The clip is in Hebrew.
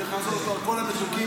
צריך לעשות אותו על כל המתוקים.